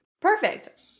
perfect